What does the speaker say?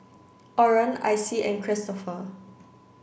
Orren Icy and Kristoffer